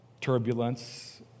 turbulence